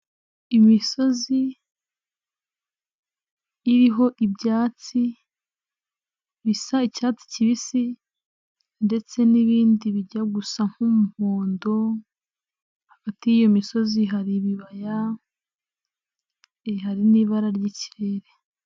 Imisozi iriho ibyatsi bisa icyatsi kibisi ndetse n'ibindi bijya gusa nk'umuhondo, hagati y'iyo misozi hari ibibaya, hari n'ibara ry'ikirere.